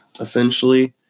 essentially